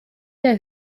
der